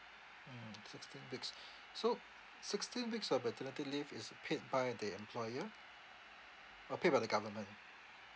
mm sixteen weeks so sixteen weeks of maternity leave is paid by the employer uh paid by the government